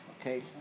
okay